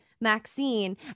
maxine